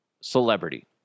celebrity